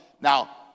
Now